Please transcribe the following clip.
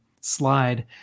slide